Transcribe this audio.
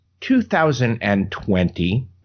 2020